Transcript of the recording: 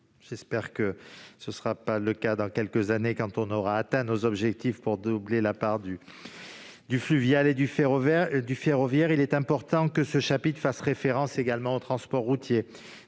j'espère que ce ne sera plus le cas dans quelques années, quand nous aurons atteint nos objectifs pour doubler la part du fluvial et du ferroviaire -, il est important que ce chapitre fasse également référence au transport routier.